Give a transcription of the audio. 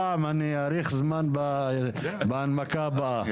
הפעם אני אעריך זמן בהנמקה הבאה.